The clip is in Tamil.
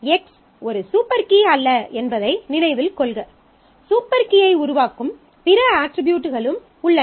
X ஒரு சூப்பர் கீ அல்ல என்பதை நினைவில் கொள்க சூப்பர் கீயை உருவாக்கும் பிற அட்ரிபியூட்களும் உள்ளன